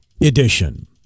Edition